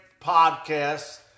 podcasts